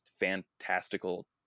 fantastical